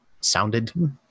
sounded